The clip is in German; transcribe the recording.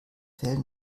fell